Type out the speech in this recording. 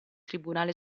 tribunale